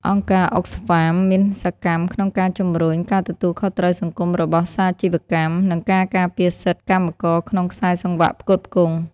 អង្គការ Oxfam មានសកម្មក្នុងការជំរុញ "ការទទួលខុសត្រូវសង្គមរបស់សាជីវកម្ម " និងការការពារសិទ្ធិកម្មករក្នុងខ្សែសង្វាក់ផ្គត់ផ្គង់។